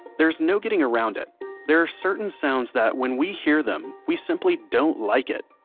there's no getting around it there are certain sounds that when we hear them, we simply don't like it.